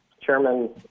Chairman